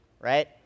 right